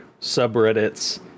subreddits